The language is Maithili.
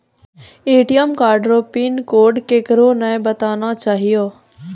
ए.टी.एम कार्ड रो पिन कोड केकरै नाय बताना चाहियो